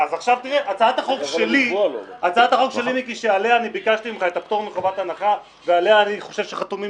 הצעת החוק שלי שעליה ביקשתי ממך פטור מחובת הנחה ועליה אני חושב שחתומים